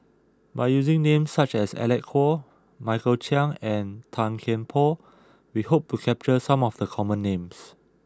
by using names such as Alec Kuok Michael Chiang and Tan Kian Por we hope to capture some of the common names